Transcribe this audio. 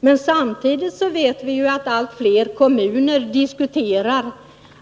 Men samtidigt vet vi att allt fler kommuner diskuterar